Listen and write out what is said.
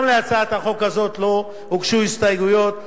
גם להצעת החוק הזאת לא הוגשו הסתייגויות,